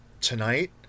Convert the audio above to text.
tonight